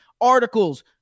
articles